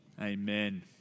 Amen